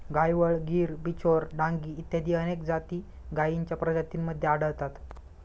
गायवळ, गीर, बिचौर, डांगी इत्यादी अनेक जाती गायींच्या प्रजातींमध्ये आढळतात